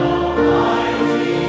Almighty